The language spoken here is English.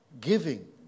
giving